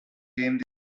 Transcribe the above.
came